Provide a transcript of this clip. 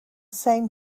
same